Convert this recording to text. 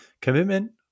Commitment